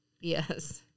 Yes